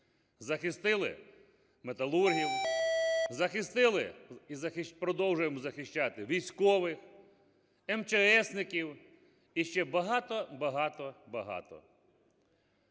Захистили металургів, захистили і продовжуємо захищати військових, емчеесників і ще багато, багато, багато.